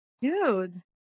Dude